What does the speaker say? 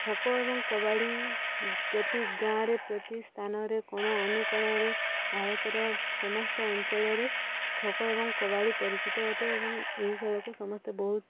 ଖୋଖୋ ଏବଂ କବାଡ଼ି ପ୍ରତି ଗାଁରେ ପ୍ରତି ସ୍ଥାନରେ କୋଣ ଅନୁକୋଣରେ ଭାରତର ସମସ୍ତ ଅଞ୍ଚଳରେ ଖୋଖୋ ଏବଂ କବାଡ଼ି ପରିଚିତ ଅଟେ ଏବଂ ଏହି ଖେଳକୁ ସମସ୍ତେ ବହୁତ